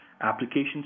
applications